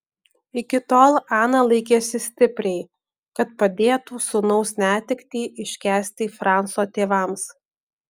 iki tol ana laikėsi stipriai kad padėtų sūnaus netektį iškęsti franco tėvams